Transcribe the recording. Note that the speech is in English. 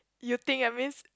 you think I miss